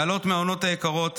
בעלות המעונות היקרות,